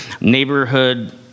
neighborhood